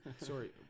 Sorry